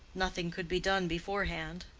nothing could be done beforehand.